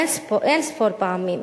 אין-ספור פעמים.